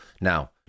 Now